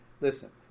listen